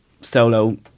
solo